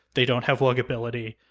they don't have wugability,